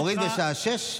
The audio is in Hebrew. הורידו בשעה 18:00,